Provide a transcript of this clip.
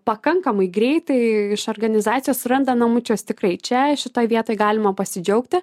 pakankamai greitai iš organizacijos randa namučius tikrai čia šitoj vietoj galima pasidžiaugti